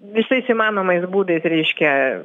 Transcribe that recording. visais įmanomais būdais reiškia